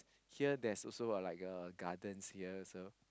here there's also uh like uh gardens here so